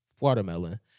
watermelon